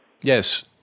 Yes